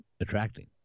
attracting